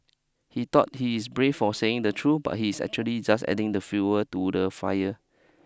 he thought he is brave for saying the truth but he's actually just adding the fuel to the fire